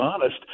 honest